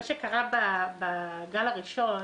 מה שקרה בגל הראשון,